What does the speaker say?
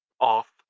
off